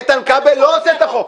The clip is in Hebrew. איתן כבל לא עושה את החוק.